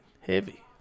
heavy